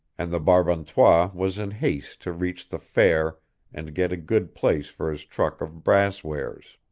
and the brabantois was in haste to reach the fair and get a good place for his truck of brass wares.